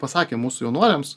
pasakė mūsų jaunuoliams